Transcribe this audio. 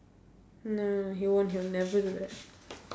no no no he won't he will never do that